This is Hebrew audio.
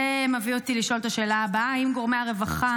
זה מביא אותי לשאול את השאלה הבאה: 1. האם גורמי הרווחה